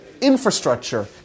infrastructure